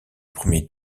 premier